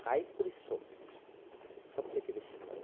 কায়িক পরিশ্রম সবথেকে বেশি হয়